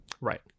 Right